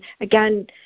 again